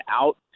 out